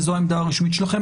וזאת העמדה הרשמית שלכם,